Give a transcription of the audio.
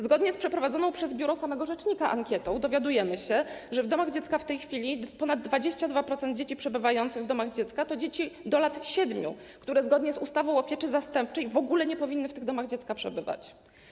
Zgodnie z przeprowadzoną przez biuro samego rzecznika ankietą dowiadujemy się, że w tej chwili ponad 22% dzieci przebywających w domach dziecka to dzieci do lat 7, które zgodnie z ustawą o pieczy zastępczej w ogóle nie powinny w tych domach dziecka przebywać.